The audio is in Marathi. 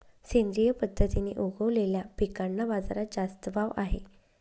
सेंद्रिय पद्धतीने उगवलेल्या पिकांना बाजारात जास्त भाव आहे